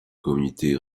comité